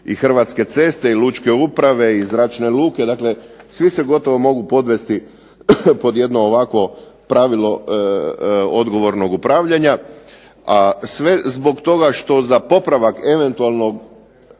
Hrvatske ceste i Lučke uprave i Zračne luke. Dakle, svi se gotovo mogu podvesti pod jedno ovakvo pravilo odgovornog upravljanja, a sve zbog toga što za popravak eventualne